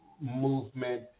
movement